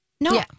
No